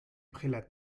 prélat